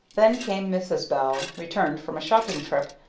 then came mrs. bell, returned from a shopping trip,